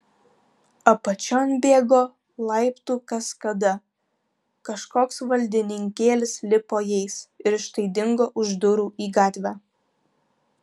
apačion bėgo laiptų kaskada kažkoks valdininkėlis lipo jais ir štai dingo už durų į gatvę